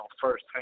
First